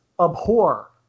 abhor